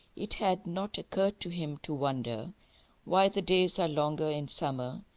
it had not occurred to him to wonder why the days are longer in summer,